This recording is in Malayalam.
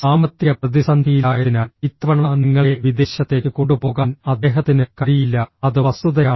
സാമ്പത്തിക പ്രതിസന്ധിയിലായതിനാൽ ഇത്തവണ നിങ്ങളെ വിദേശത്തേക്ക് കൊണ്ടുപോകാൻ അദ്ദേഹത്തിന് കഴിയില്ല അത് വസ്തുതയാണ്